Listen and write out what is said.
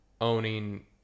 owning